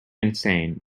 insane